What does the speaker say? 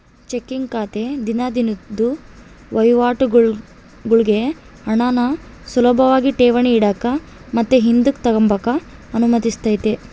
checking ಖಾತೆ ದಿನ ದಿನುದ್ ವಹಿವಾಟುಗುಳ್ಗೆ ಹಣಾನ ಸುಲುಭಾಗಿ ಠೇವಣಿ ಇಡಾಕ ಮತ್ತೆ ಹಿಂದುಕ್ ತಗಂಬಕ ಅನುಮತಿಸ್ತತೆ